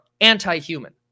anti-human